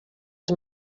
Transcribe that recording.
els